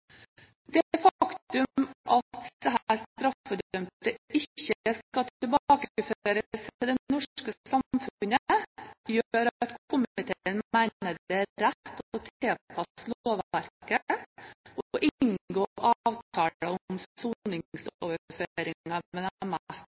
Det faktum at disse straffedømte ikke skal tilbakeføres til det norske samfunnet, gjør at komiteen mener det er rett å tilpasse lovverket og inngå